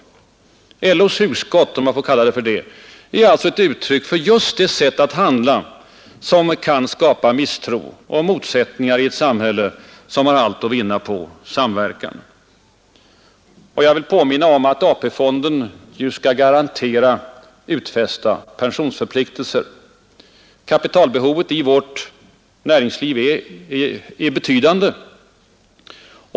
LO:s hugskott — om jag får kalla det så — är alltså ett uttryck för just det sätt att handla som kan skapa misstro och motsättningar i ett samhälle som har allt att vinna på samverkan. Jag vill påminna om att AP-fonden ju skall garantera utfästa pensionsförpliktelser. Kapitalbehovet i vårt näringsliv är betydande.